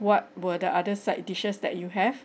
what were the other side dishes that you have